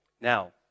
Now